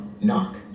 knock